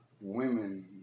women